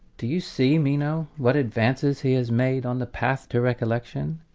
do you see, meno, what advances he has made on the path to recollection?